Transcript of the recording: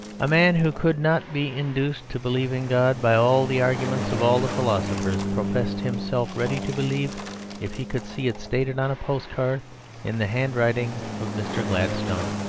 a man, who could not be induced to believe in god by all the arguments of all the philosophers, professed himself ready to believe if he could see it stated on a postcard in the handwriting of mr. gladstone.